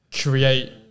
create